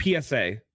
PSA